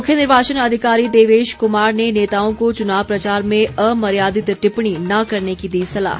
मुख्य निर्वाचन अधिकारी देवेश कुमार ने नेताओं को चुनाव प्रचार में अमर्यादित टिप्पणी न करने की दी सलाह